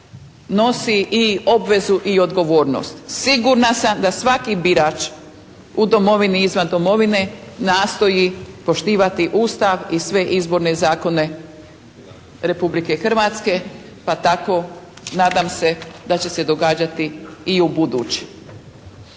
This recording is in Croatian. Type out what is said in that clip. nosi i obvezu i odgovornost. Sigurna sam da svaki birač u domovini i izvan domovine nastoji poštivati Ustav i sve izborne zakone Republike Hrvatske pa tako nadam se da će se događati i ubuduće.